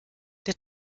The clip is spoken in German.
der